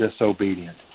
disobedient